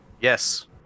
Yes